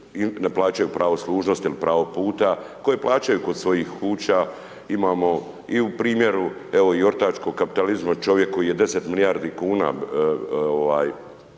ne plaćaju pravo služnosti ili pravo puta koje plaćaju kod svojih kuća, imamo i u primjeru evo i ortačkog kapitalizma, čovjek koji je 10 milijardi kuna